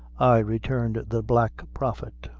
ay, returned the black prophet,